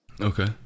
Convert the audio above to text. Okay